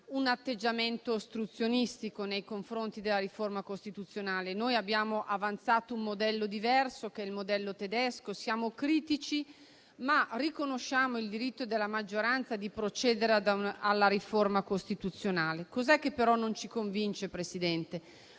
un atteggiamento ostruzionistico nei confronti della riforma costituzionale. Noi abbiamo avanzato un modello diverso, che è il modello tedesco. Siamo critici, ma riconosciamo il diritto della maggioranza di procedere alla riforma costituzionale. Vengo a quello che però non ci convince, signor